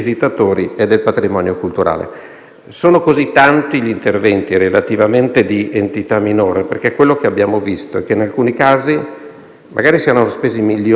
Questo è qualcosa che è successo in passato e il mio impegno è che non accada più in futuro. Per far funzionare questo piano lavoreremo insieme ai Vigili del fuoco,